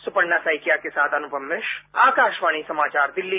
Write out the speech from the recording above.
सुपर्णासैकिया अनुपम मिश्र आकाशवाणी समाचार दिल्ली